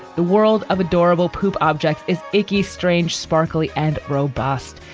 the world of adorable poop object is icky, strange, sparkly and robust.